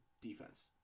defense